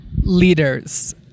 leaders